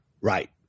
right